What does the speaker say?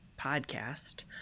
podcast